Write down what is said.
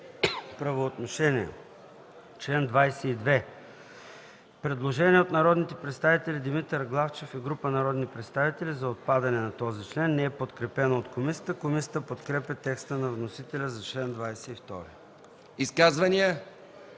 правоотношения”. Предложение от народния представител Димитър Главчев и група народни представители за отпадане на чл. 22 – не е подкрепено от комисията. Комисията подкрепя текста на вносителя за чл. 22. ПРЕДСЕДАТЕЛ